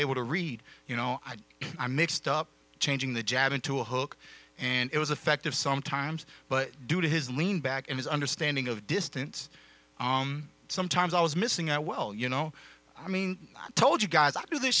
able to read you know i mixed up changing the jab into a hook and it was effective sometimes but due to his lean back and his understanding of distance sometimes i was missing i well you know i mean i told you guys i do this